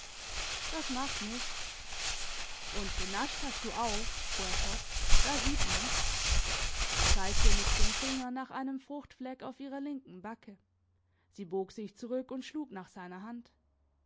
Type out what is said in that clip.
das macht nichts und genascht hast du auch fuhr er fort da sieht man's er zeigte mit dem finger nach einem fruchtfleck auf ihrer linken backe sie bog sich zurück und schlug nach seiner hand